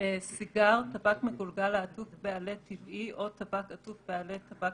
"סיגר טבק מגולגל העטוף בעלה טבעי או טבק עטוף בעלה טבק